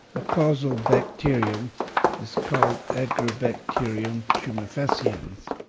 the causal bacterium is called agrobacterium tumefaciens.